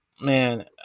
Man